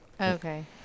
Okay